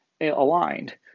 aligned